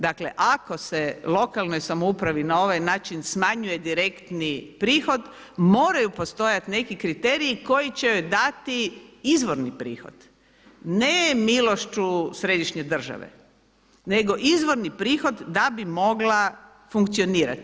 Dakle ako se lokalnoj samoupravi na ovaj način smanjuje direktni prihod moraju postojati neki kriteriji koji će joj dati izvorni prihoda ne milošću središnje države, nego izvorni prihod da bi mogla funkcionirati.